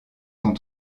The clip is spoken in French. sont